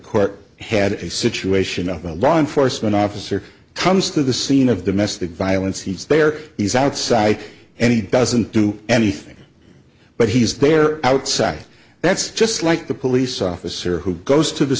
court had a situation where law enforcement officer comes to the scene of the mess that violence he's there he's outside and he doesn't do anything but he's there outside that's just like the police officer who goes to the